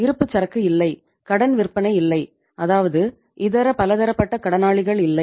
இருப்புச்சரக்கு இல்லை கடன் விற்பனை இல்லை அதாவது இதர பலதரப்பட்ட கடனாளிகள் இல்லை